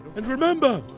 and remember,